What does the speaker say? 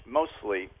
mostly